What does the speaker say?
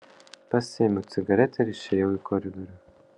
pasiėmiau cigaretę ir išėjau į koridorių